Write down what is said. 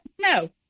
No